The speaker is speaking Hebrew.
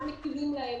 במה מכירים להם,